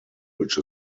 which